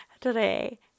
today